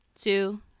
two